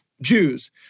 Jews